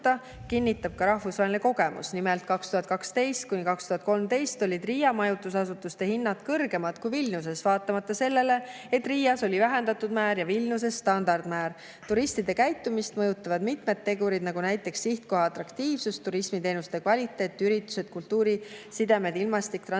kinnitab ka rahvusvaheline kogemus. Nimelt, 2012–2013 olid Riia majutusasutuste hinnad kõrgemad kui Vilniuses, seda vaatamata sellele, et Riias oli vähendatud määr ja Vilniuses standardmäär. Turistide käitumist mõjutavad mitmed tegurid, näiteks sihtkoha atraktiivsus, turismiteenuste kvaliteet, üritused, kultuurisidemed, ilmastik, transpordiühendused